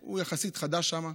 הוא יחסית חדש שם,